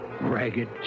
ragged